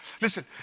Listen